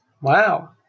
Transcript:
wow